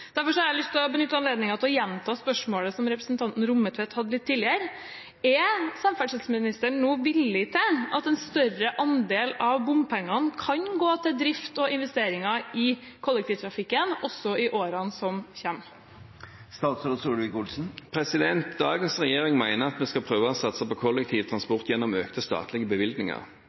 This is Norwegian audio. Derfor har jeg lyst til å benytte anledningen til å gjenta spørsmålet som representanten Rommetveit stilte litt tidligere: Er samferdselsministeren nå villig til å la en større andel av bompengene gå til drift og investeringer i kollektivtrafikken også i årene som kommer? Dagens regjering mener at vi skal prøve å satse på kollektivtransport gjennom økte statlige bevilgninger.